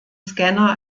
scanner